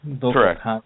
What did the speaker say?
Correct